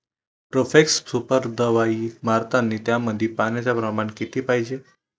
Profex super दवाई मारतानी त्यामंदी पान्याचं प्रमाण किती पायजे?